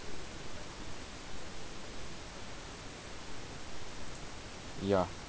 ya